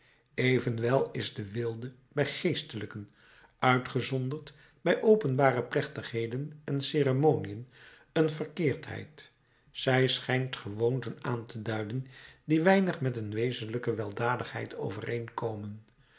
evenwel is de weelde bij geestelijken uitgezonderd bij openbare plechtigheden en ceremoniën een verkeerdheid zij schijnt gewoonten aan te duiden die weinig met een wezenlijke weldadigheid overeenkomen